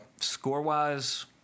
Score-wise